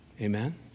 Amen